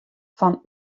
fan